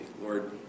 Lord